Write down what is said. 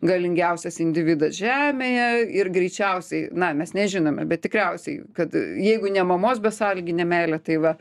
galingiausias individas žemėje ir greičiausiai na mes nežinome bet tikriausiai kad jeigu ne mamos besąlyginė meilė tai va